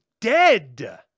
dead